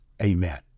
Amen